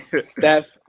Steph